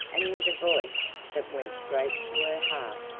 and with a voice that went straight to her heart,